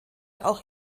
auch